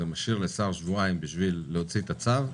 זה משאיר לשר שבועיים בשביל להוציא את הצו,